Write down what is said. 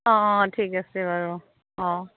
অঁ অঁ ঠিক আছে বাৰু অঁ